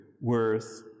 worth